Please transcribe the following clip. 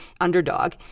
underdog